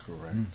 Correct